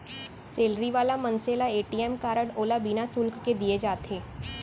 salary वाला मनसे ल ए.टी.एम कारड ओला बिना सुल्क के दिये जाथे